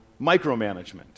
micromanagement